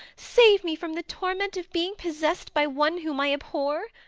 save me from the torment of being possessed by one whom i abhor!